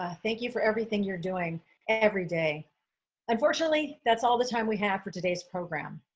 ah thank you for everything you're doing every day unfortunately, that's all the time we have for today's program.